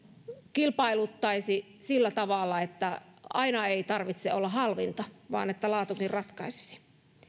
kilpailuttaisi sillä tavalla että aina ei tarvitse olla halvinta vaan että laatukin ratkaisisi